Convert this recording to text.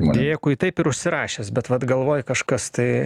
dėkui taip ir užsirašęs bet vat galvoj kažkas tai